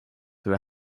were